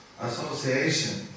association